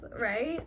right